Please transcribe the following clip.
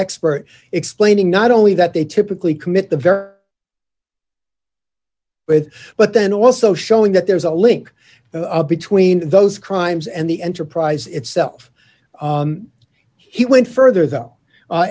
expert explaining not only that they typically commit the very with but then also showing that there's a link between those crimes and the enterprise itself he went further though